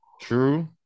True